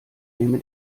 nehme